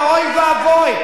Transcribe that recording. ואוי ואבוי,